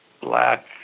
black